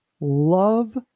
love